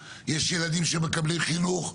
יש ילדים שמקבלים חינוך,